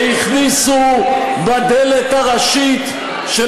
מאיפה אתה,